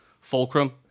Fulcrum